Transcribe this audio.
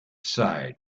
side